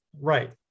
Right